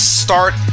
start